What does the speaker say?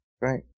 Right